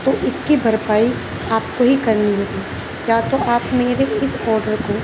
تو اس کی بھرپائی آپ کو ہی کرنی ہوگی یا تو آپ میرے اس آڈر کو